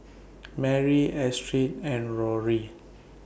Marie Astrid and Rory